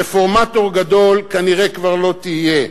רפורמטור גדול כנראה כבר לא תהיה,